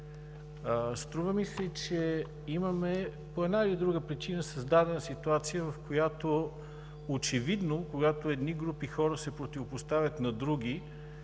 Струва ми се, че по една или друга причина, имаме създадена ситуация, в която, очевидно, когато едни групи хора се противопоставят на други…